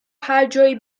هرجایی